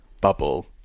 bubble